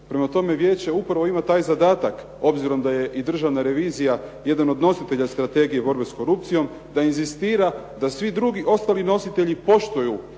Prema tome, vijeće upravo ima taj zadatak obzirom da je i Državna revizija jedan od nositelja strategije borbe s korupcijom da inzistira da svi drugi ostali nositelji poštuju